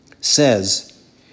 says